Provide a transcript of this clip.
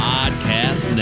Podcast